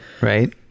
Right